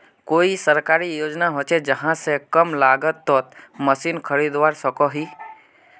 कोई सरकारी योजना होचे जहा से कम लागत तोत मशीन खरीदवार सकोहो ही?